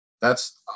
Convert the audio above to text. thats